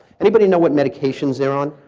anybody know what medications they're on?